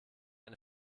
eine